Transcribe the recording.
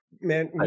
man